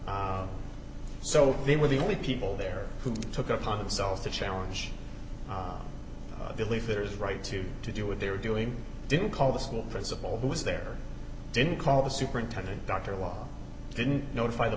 so they were the only people there who took upon themselves to challenge believe there is right to to do what they were doing didn't call the school principal who was there didn't call the superintendent dr law didn't notify the